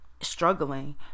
struggling